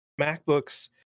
MacBooks